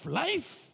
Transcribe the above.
life